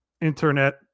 internet